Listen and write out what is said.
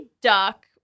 duck